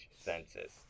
Census